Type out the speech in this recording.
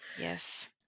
Yes